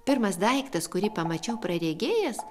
pirmas daiktas kurį pamačiau praregėjęs